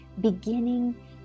beginning